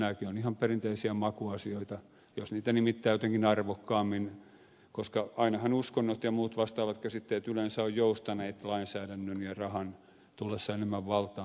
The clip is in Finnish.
nämäkin ovat ihan perinteisiä makuasioita jos niitä nimittää jotenkin arvokkaammin koska ainahan uskonnot ja muut vastaavat käsitteet yleensä ovat joustaneet lainsäädännön ja rahan tullessa enemmän valtaan